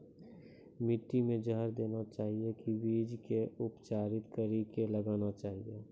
माटी मे जहर देना चाहिए की बीज के उपचारित कड़ी के लगाना चाहिए?